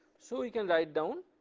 so you can write down